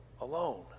alone